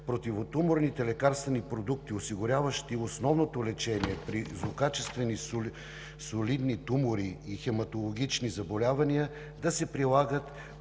противотуморните лекарствени продукти, осигуряващи основното лечение при злокачествени солидни тумори и хематологични заболявания, да се прилагат